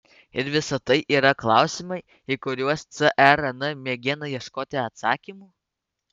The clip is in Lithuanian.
ir visa tai yra klausimai į kuriuos cern mėgina ieškoti atsakymų